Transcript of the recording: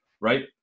right